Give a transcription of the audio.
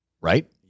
Right